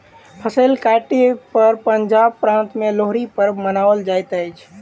फसिल कटै पर पंजाब प्रान्त में लोहड़ी पर्व मनाओल जाइत अछि